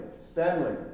Stanley